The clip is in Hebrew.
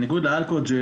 בניגוד לאלכוג'ל,